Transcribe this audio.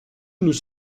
nous